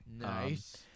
Nice